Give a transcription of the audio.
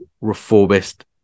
reformist